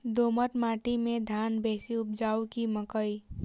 दोमट माटि मे धान बेसी उपजाउ की मकई?